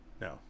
No